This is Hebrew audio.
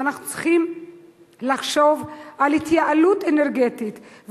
ואנחנו צריכים לחשוב על התייעלות אנרגטית.